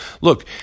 look